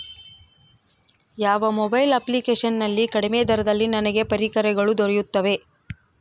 ಯಾವ mobile application ನಲ್ಲಿ ಕಡಿಮೆ ದರದಲ್ಲಿ ನನಗೆ ಪರಿಕರಗಳು ದೊರೆಯುತ್ತವೆ?